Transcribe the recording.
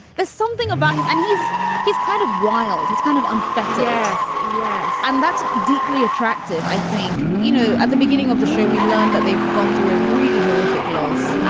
there's something about him. and he's he's kind of wild it's kind of unfettered. yes. yes. and that's deeply attractive. i think, you know, at the beginning of the show, we learned that they've gone through a really horrific loss.